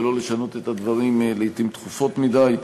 ולא לשנות את הדברים לעתים תכופות מדי.